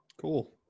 Cool